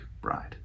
bride